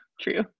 true